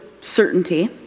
certainty